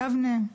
יבנה,